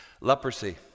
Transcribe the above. Leprosy